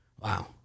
Wow